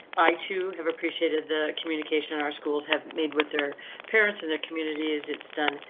i too have appreciated the communication in our schools have made with their parents in their communities. it's done.